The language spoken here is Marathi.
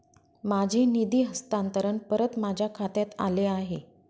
माझे निधी हस्तांतरण परत माझ्या खात्यात आले आहे